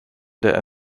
der